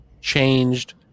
changed